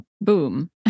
boom